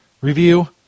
review